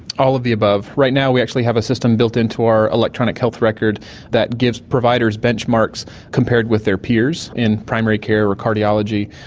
all of the above. right now we actually have a system built into our electronic health record that gives providers benchmarks compared with their peers in primary care or cardiology,